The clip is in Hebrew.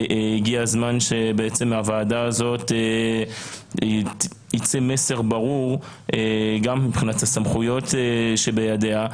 הגיע הזמן שייצא מהוועדה מסר ברור גם מבחינת הסמכויות שבידיה,